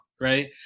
right